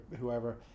whoever